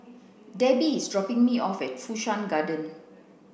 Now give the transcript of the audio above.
Debbi is dropping me off at Fu Shan Garden